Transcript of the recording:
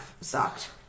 sucked